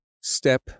step